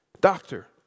Doctor